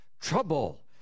trouble